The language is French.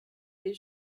des